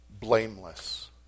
blameless